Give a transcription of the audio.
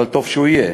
אבל טוב שהוא יהיה,